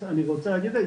אני רוצה להגיד את זה,